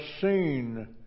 seen